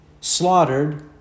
slaughtered